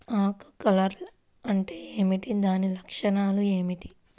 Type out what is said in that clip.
ఆకు కర్ల్ అంటే ఏమిటి? దాని లక్షణాలు ఏమిటి?